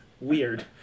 Weird